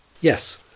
Yes